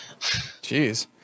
Jeez